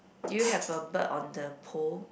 do you have a bird on the pole